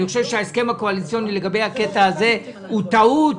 אני חושב שההסכם הקואליציוני לגבי הקטע הזה הוא טעות,